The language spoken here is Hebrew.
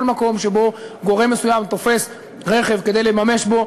מקום שבו גורם מסוים תופס רכב כדי לממש בו,